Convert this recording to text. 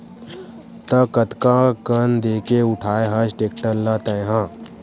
त कतका कन देके उठाय हस टेक्टर ल तैय हा?